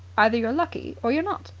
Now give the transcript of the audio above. either you're lucky or you're not.